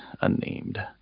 Unnamed